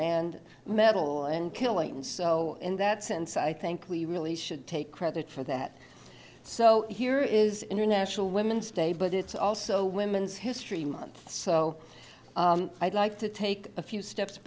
and metal and killing and so in that sense i think we really should take credit for that so here is international women's day but it's also women's history month so i'd like to take a few steps